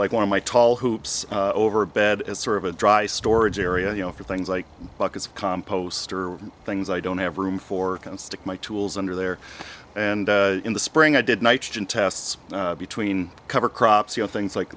like one of my tall hoops over a bed as sort of a dry storage area you know for things like buckets of compost are things i don't have room for and stick my tools under there and in the spring i did nitrogen tests between cover crops you know things like